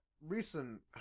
recent